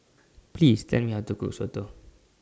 Please Tell Me How to Cook Soto